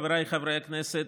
חבריי חברי הכנסת,